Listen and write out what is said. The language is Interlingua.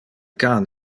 can